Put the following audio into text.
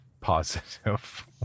positive